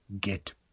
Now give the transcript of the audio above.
get